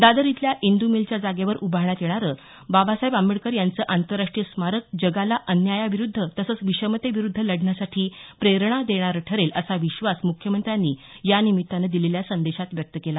दादर इथल्या इंद मिलच्या जागेवर उभारण्यात येणारं बाबासाहेब आंबेडकर यांचं आंतरराष्ट्रीय स्मारक जगाला अन्यायाविरुद्ध तसंच विषमतेविरुद्ध लढण्यासाठी प्रेरणा देणारं ठरेल असा विश्वास मुख्यमंत्र्यांनी यानिमित्तानं दिलेल्या संदेशात व्यक्त केला